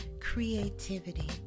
creativity